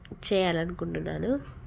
చేయాలి అనుకుంటున్నాను